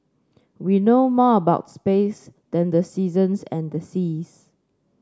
we know more about space than the seasons and the seas